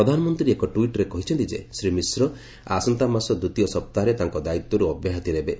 ପ୍ରଧାନମନ୍ତ୍ରୀ ଏକ ଟ୍ୱିଟ୍ରେ କହିଛନ୍ତି ଯେ ଶ୍ରୀ ମିଶ୍ର ଆସନ୍ତାମାସ ଦ୍ୱିତୀୟ ସପ୍ତାହରେ ତାଙ୍କ ଦାୟିତ୍ୱରୁ ଅବ୍ୟାହତି ନେବେ